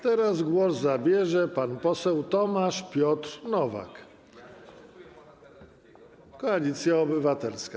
Teraz głos zabierze pan poseł Tomasz Piotr Nowak, Koalicja Obywatelska.